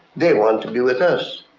they want to be with us.